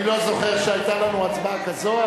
אני לא זוכר שהיתה לנו הצבעה כזאת,